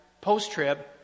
post-trib